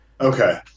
Okay